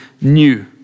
new